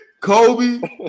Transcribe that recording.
Kobe